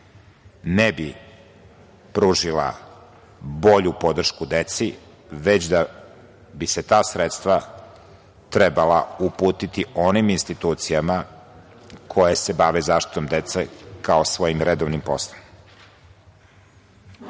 ne bi pružila bolju podršku deci, već da bi se ta sredstva trebala uputiti onim institucijama koje se bave zaštitom dece kao svojim redovnim poslom. Nacrt